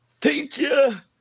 teacher